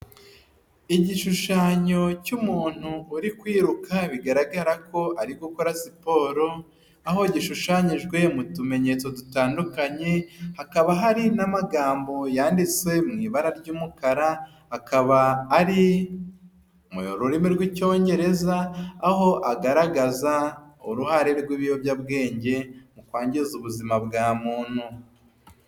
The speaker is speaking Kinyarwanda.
Igishushanyo cy'umuntu uri kwiruka bigaragara ko ari gukora siporo, aho gishushanyijwe mu tumenyetso dutandukanye, hakaba hari n'amagambo yanditse mu ibara ry'umukara akaba ari mu rurimi rw'icyongereza, aho agaragaza uruhare rw'ibiyobyabwenge mu kwangiza ubuzima bwa muntu.